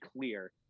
clear